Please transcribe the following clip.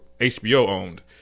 HBO-owned